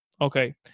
Okay